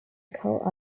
cult